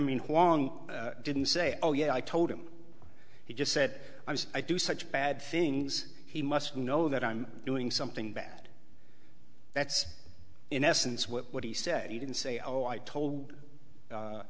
mean didn't say oh yeah i told him he just said i do such bad things he must know that i'm doing something bad that's in essence what he said he didn't say oh i told